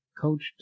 coached